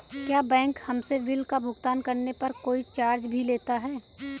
क्या बैंक हमसे बिल का भुगतान करने पर कोई चार्ज भी लेता है?